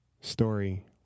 story